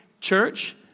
Church